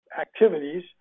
activities